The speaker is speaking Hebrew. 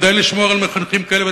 כדאי לשמור על מחנכים כאלה,